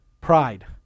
Pride